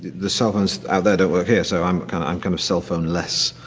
the cell-phones. ah they don't work here. so i'm kind of i'm kind of cell-phone less,